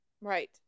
Right